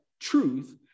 truth